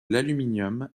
l’aluminium